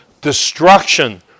destruction